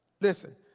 Listen